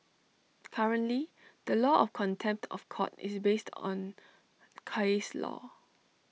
currently the law of contempt of court is based on case law